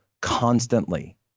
constantly